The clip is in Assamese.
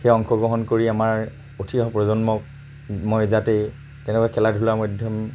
সেই অংশগ্ৰহণ কৰি আমাৰ উঠি অহা প্ৰজন্মক মই যাতে তেনেকৈ খেলা ধূলাৰ মাধ্যম